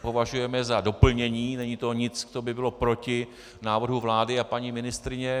Považujeme je za doplnění, není to nic, co by bylo proti návrhu vlády a paní ministryně.